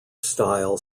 style